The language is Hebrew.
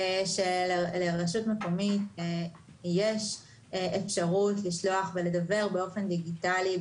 שלרשות מקומית יש אפשרות לשלוח ולדוור באופן דיגיטלי,